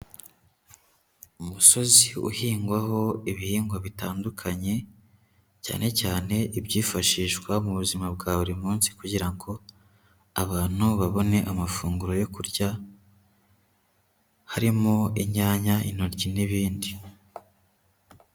Umusozi uhingwaho ibihingwa bitandukanye, cyane cyane ibyifashishwa mu buzima bwa buri munsi kugira ngo abantu babone amafunguro yo kurya, harimo inyanya, intoryi n'ibindi.